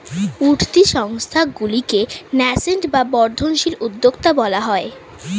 উঠতি সংস্থাগুলিকে ন্যাসেন্ট বা বর্ধনশীল উদ্যোক্তা বলা হয়